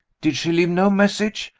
did she leave no message?